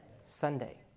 sunday